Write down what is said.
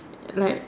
like